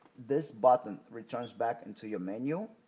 this button returns back into your menu.